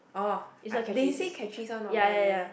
oh I they say Catrice not bad eh